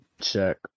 check